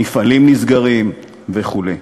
מפעלים נסגרים וכדומה.